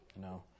no